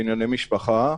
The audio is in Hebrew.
בענייני משפחה,